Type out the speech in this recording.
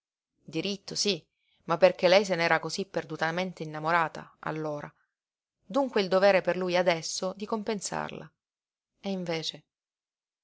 diritto sí ma perché lei se ne era cosí perdutamente innamorata allora dunque il dovere per lui adesso di compensarla e invece